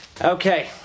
Okay